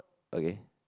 okay